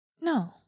No